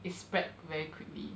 it spread very quickly